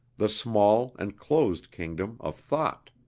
the small and closed kingdom of thought.